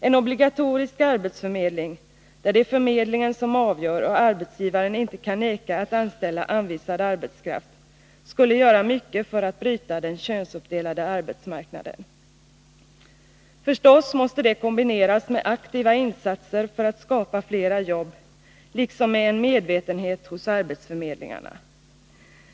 En obligatorisk arbetsförmedling, där det är förmedlingen som avgör och arbetsgivaren inte kan vägra att anställa anvisad arbetskraft, skulle göra mycket för att bryta den könsuppdelade arbetsmarknaden. Det måste förstås kombineras med aktiva insatser för att skapa fler jobb, liksom med en medvetenhet hos arbetsförmedlingarna.